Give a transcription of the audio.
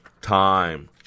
time